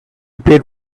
paid